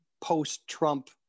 post-Trump